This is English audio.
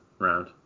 round